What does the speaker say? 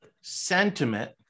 sentiment